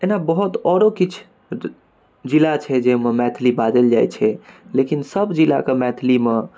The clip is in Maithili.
एना बहुत आओरो किछु जिला छै जाहिमे मैथिली बाजल जाइत छै लेकिन सब जिलाके मैथिलीमे